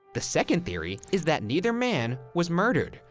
the second theory is that neither man was murdered.